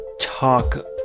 talk